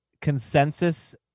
consensus